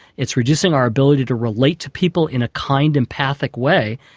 it's reducing our ability to relate to people in a kind, empathic way.